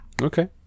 Okay